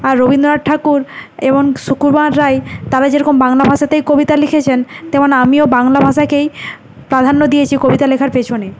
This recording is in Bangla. আর রবীন্দ্রনাথ ঠাকুর এবং সুকুমার রায় তারা যেরকম বাংলা ভাষাতেই কবিতা লিখেছেন তেমন আমিও বাংলা ভাষাকেই প্রাধান্য দিয়েছি কবিতা লেখার পেছনে